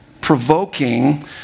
provoking